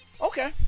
Okay